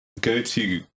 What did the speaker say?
go-to